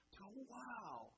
Wow